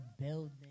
building